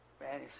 Man